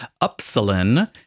Upsilon